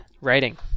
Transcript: writing